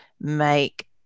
make